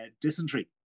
Dysentery